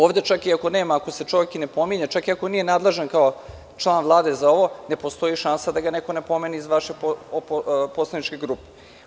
Ovde čak iako nema, iako se čovek ne pominje, iako nije nadležan kao član Vlade za ovo, ne postoji šansa da ga neko ne pomene iz vaše poslaničke grupe.